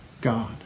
God